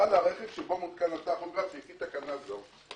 בעל הרכב שבו מתותקן הטכוגרף לפי תקנה זו,